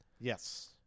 Yes